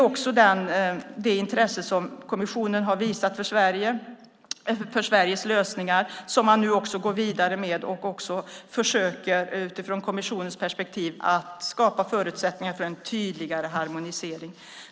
Kommissionen har också visat intresse för Sveriges lösningar, och man går nu också vidare och försöker, utifrån kommissionens perspektiv, skapa förutsättningar för en tydligare harmonisering.